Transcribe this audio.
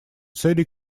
целей